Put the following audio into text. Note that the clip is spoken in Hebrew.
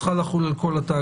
צריכה לחול על כל התאגידים.